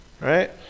Right